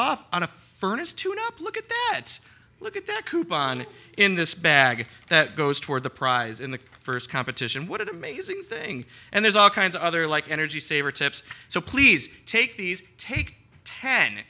off on a furnace tuneup look at that look at that coupon in this bag that goes toward the prize in the first competition what amazing thing and there's all kinds of other like energy saver tips so please take these take ten